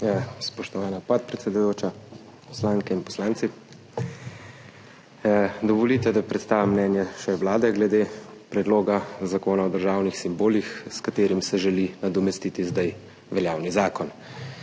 Spoštovana podpredsedujoča, poslanke in poslanci! Dovolite, da predstavim mnenje Vlade glede Predloga zakona o državnih simbolih, s katerim se želi nadomestiti zdaj veljavni zakon.